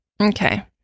okay